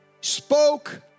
spoke